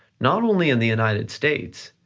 not only in the united states,